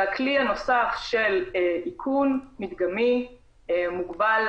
הכלי הנוסף של איכון מדגמי מוגבל